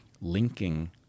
linking